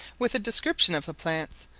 with a description of the plants,